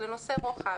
לנושאי רוחב: